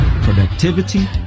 productivity